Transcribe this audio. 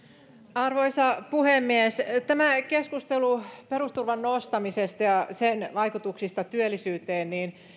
arvoisa puhemies tämä keskustelu perusturvan nostamisesta ja sen vaikutuksista työllisyyteen